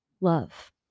Love